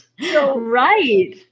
Right